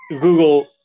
Google